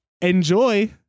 enjoy